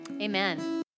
Amen